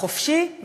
חופשי,